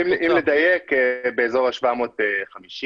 אם לדייק, באזור ה-750.